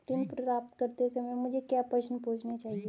ऋण प्राप्त करते समय मुझे क्या प्रश्न पूछने चाहिए?